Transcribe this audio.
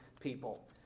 people